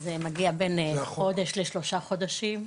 זה מגיע בין חודש ל-3 חודשים,